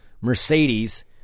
Mercedes